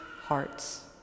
hearts